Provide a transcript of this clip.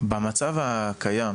במצב הקיים,